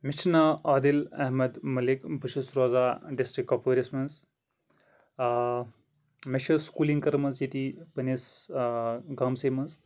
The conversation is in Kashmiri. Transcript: مےٚ چھُ ناو عادِل احمد مٔلِک بہٕ چھُس روزان ڈِسٹرک کوٚپوٲرِس منٛز مےٚ چھِ سکوٗلِنٛگ کٔرمٕژ ییٚتہِ پَنٕنِس گامسی منٛز